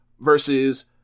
versus